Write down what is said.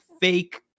fake